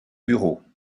bureaux